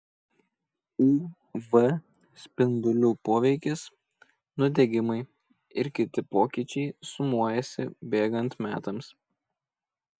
uv spindulių poveikis nudegimai ir kiti pokyčiai sumuojasi bėgant metams